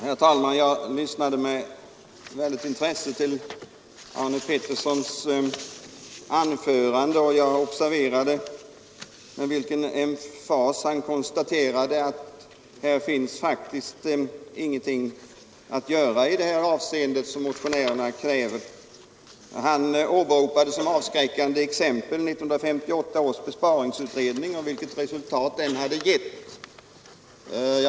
Herr talman! Jag lyssnade med stort intresse till herr Arne Petterssons i Malmö anförande. Jag observerade med vilken emfas han konstaterade att här faktiskt inte finns någonting att göra i det avseende där motionärerna ställer krav. Han åberopade som avskräckande exempel 1958 års besparingsutred ning och det resultat den hade gett.